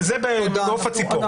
זה במעוף הציפור.